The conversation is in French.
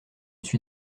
suis